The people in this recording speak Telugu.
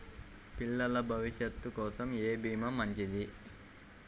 పిల్లల భవిష్యత్ కోసం ఏ భీమా మంచిది?